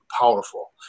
powerful